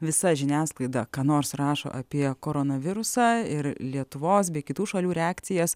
visa žiniasklaida ką nors rašo apie koronavirusą ir lietuvos bei kitų šalių reakcijas